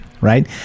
right